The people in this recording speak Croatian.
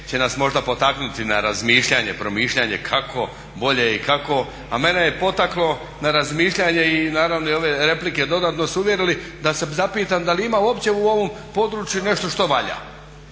će nas možda potaknuti na razmišljanje, promišljanje kako bolje, a mene je potaklo na razmišljanje i naravno ove replike dodatno su uvjerili da se zapitam da li ima uopće u ovom području nešto što valja.